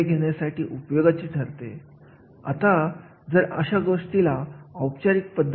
जेव्हा मी श्रीराम समूहामध्ये कार्यरत होतो ही एक शेतीवर आधारित तांत्रिक उद्योग आहे